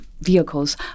vehicles